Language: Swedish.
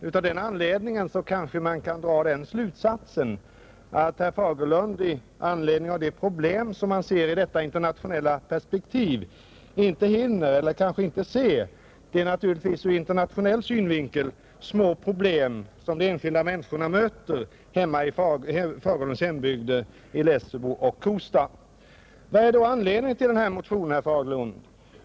Därav kan man kanske dra den slutsatsen att herr Fagerlund i anledning av de problem han ser i detta internationella perspektiv kanske inte ser de naturligtvis ur internationell synvinkel små problem som de enskilda människorna möter i herr Vilken är då anledningen till den här motionen, herr Fagerlund?